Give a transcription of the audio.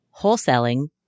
wholesaling